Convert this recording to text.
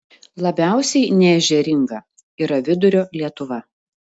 labiausiai neežeringa yra vidurio lietuva